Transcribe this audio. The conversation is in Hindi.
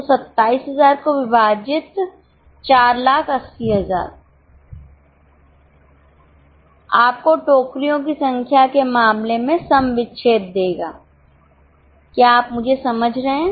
तो 27000 से विभाजित 480000 आपको टोकरियों की संख्या के मामले में सम विच्छेद देगा क्या आप मुझे समझ रहे हैं